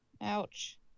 Ouch